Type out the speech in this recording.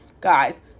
Guys